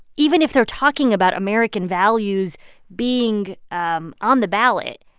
even if they're talking about american values being um on the ballot,